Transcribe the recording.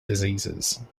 diseases